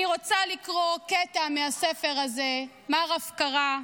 אני רוצה לקרוא קטע מהספר הזה, מר הפקרה,